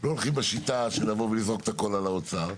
לא הולכים בשיט השל לבוא ולזרוק את הכול על האוצר,